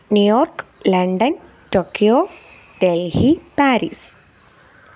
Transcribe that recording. new York London Tokyo Delhi Paris